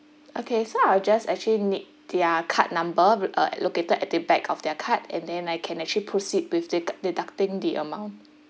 okay so I'll just actually need their card number uh located at the back of their card and then I can actually proceed with the deducting the amount